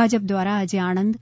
ભાજપા દ્વારા આજે આણંદ